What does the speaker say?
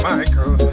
Michael